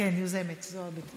שלוש דקות לרשותך, בבקשה.